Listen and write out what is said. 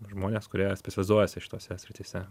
žmones kurie specializuojasi šitose srityse